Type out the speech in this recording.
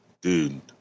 Dude